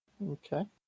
Okay